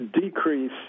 decrease